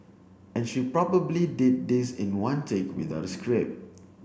and she probably did this in one take without a script